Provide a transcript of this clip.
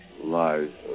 lives